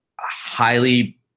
highly